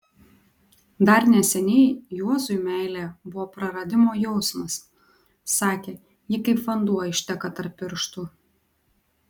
dar neseniai juozui meilė buvo praradimo jausmas sakė ji kaip vanduo išteka tarp pirštų